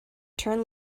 turn